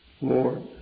Lord